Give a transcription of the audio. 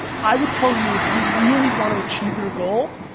i would tell you, if you really wanna achieve your goal,